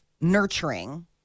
nurturing